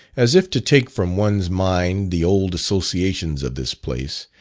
as if to take from one's mind the old associations of this place,